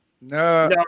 No